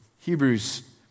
Hebrews